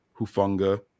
Hufunga